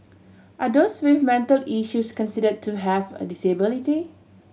are those with mental issues consider to have a disability